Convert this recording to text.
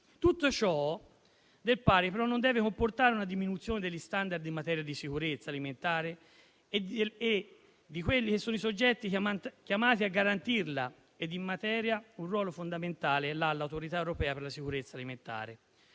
Tutto ciò, del pari, non deve però comportare una diminuzione degli *standard* in materia di sicurezza alimentare e dei soggetti chiamati a garantirla. In questa materia, un ruolo fondamentale lo riveste l'Autorità europea per la sicurezza alimentare.